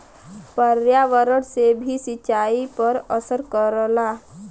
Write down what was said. पर्यावरण से भी सिंचाई पर असर करला